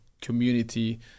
community